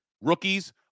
rookies